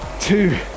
Two